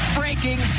breaking